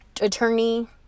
attorney